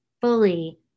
fully